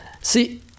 See